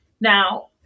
Now